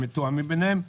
הם מתואמים ביניהם,